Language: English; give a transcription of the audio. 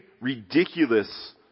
ridiculous